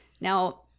Now